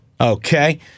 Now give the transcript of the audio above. Okay